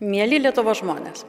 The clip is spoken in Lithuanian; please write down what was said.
mieli lietuvos žmonės